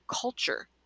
culture